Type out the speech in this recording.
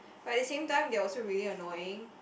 but at the same time they're also really annoying